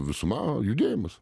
visuma judėjimus